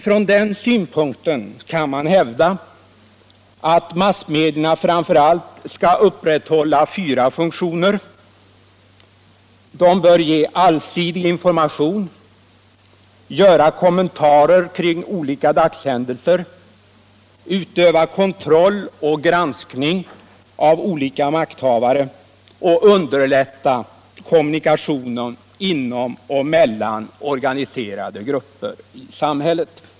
Från den synpunkten kan man hävda att massmedierna framför allt skall upprätthålla fyra funktioner: de bör ge allsidig information, kommentera olika dagshändelser, utöva kontroll och granskning av olika makthavare och underlätta kommunikationen inom och mellan organiserade grupper i samhället.